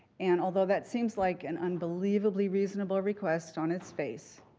and although that seems like an unbelievably reasonable request on its face,